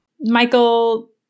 Michael